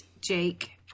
Jake